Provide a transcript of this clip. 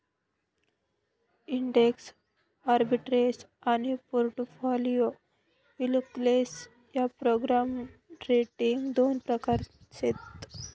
index arbitrage आनी portfolio insurance ह्या program trading दोन प्रकार शेत